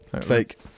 Fake